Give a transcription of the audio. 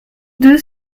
deux